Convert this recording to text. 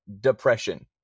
depression